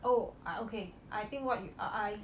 oh I okay I think what you I